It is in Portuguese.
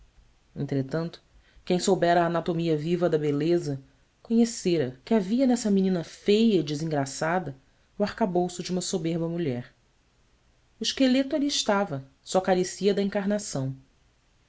entretanto quem soubera a anatomia viva da beleza conhecera que havia nessa menina feia e desengraçada o arcabouço de uma soberba mulher o esqueleto ali estava só carecia da encarnação